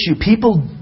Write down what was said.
people